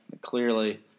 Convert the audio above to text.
clearly